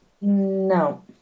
No